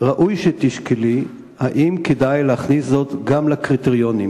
ראוי שתשקלי אם כדאי להכניס זאת גם לקריטריונים,